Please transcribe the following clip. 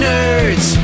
Nerds